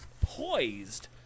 poised